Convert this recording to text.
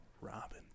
Robin